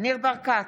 ניר ברקת,